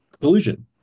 collusion